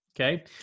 Okay